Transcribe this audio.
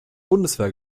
bundeswehr